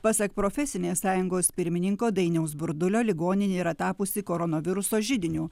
pasak profesinės sąjungos pirmininko dainiaus burdulio ligoninė yra tapusi koronaviruso židiniu